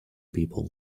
people